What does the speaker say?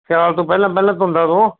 ਸਿਆਲ ਤੋਂ ਪਹਿਲਾਂ ਪਹਿਲਾਂ ਧੁੰਦਾਂ ਤੋਂ